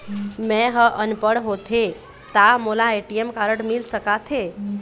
मैं ह अनपढ़ होथे ता मोला ए.टी.एम कारड मिल सका थे?